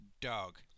Dog